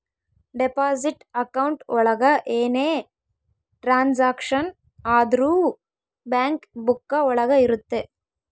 deposit account ಒಳಗ ಏನೇ transaction ಆದ್ರೂ ಬ್ಯಾಂಕ್ ಬುಕ್ಕ ಒಳಗ ಇರುತ್ತೆ